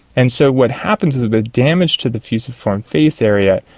and so what happens is with damage to the fusiform face area,